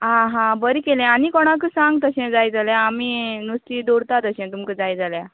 आं हां बरें केलें आनी कोणाकय सांग तशें जाय जाल्यार आमी नुस्तें दवरतां तशें तुमकां जाय जाल्यार